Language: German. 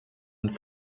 und